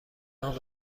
نام